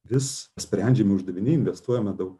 vis sprendžiami uždaviniai investuojame daug